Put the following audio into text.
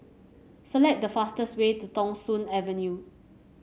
select the fastest way to Thong Soon Avenue